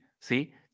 See